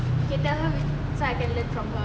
can tell her so I can learn from her